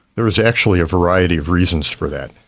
there is actually a variety of reasons for that.